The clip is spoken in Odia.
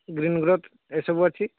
ଗ୍ରୀନ ଗ୍ରୋଥ ଏସବୁ ଅଛି